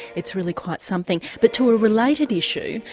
it's really quite something. but to a related issue,